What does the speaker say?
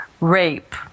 rape